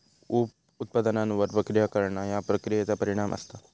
उप उत्पादनांवर प्रक्रिया करणा ह्या प्रक्रियेचा परिणाम असता